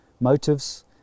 motives